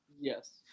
Yes